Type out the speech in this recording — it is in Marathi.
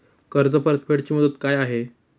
कर्ज परतफेड ची मुदत काय आहे?